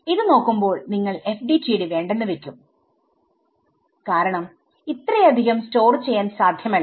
ഇത് നോക്കുമ്പോൾ നിങ്ങൾ FDTD വേണ്ടെന്ന് വെക്കും കാരണം ഇത്രയധികം സ്റ്റോർ ചെയ്യാൻ സാധ്യമല്ല